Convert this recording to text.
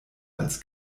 als